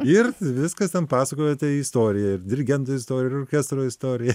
ir viskas ten pasakoja tą istoriją ir dirigentą istoriją ir orkestro istoriją